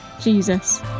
Jesus